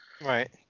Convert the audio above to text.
Right